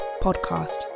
Podcast